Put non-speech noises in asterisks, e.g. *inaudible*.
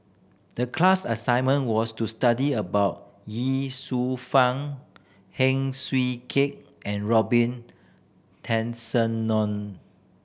the class assignment was to study about Ye Shufang Heng Swee Keat and Robin *unintelligible*